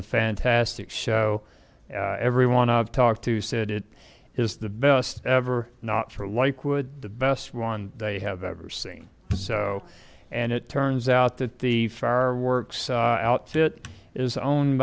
a fantastic show everyone i've talked to said it is the best ever not for lakewood the best one they have ever seen so and it turns out that the fireworks outfit is owned